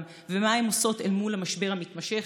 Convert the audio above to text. ומה הן עושות אל מול המשבר המתמשך,